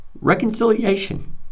reconciliation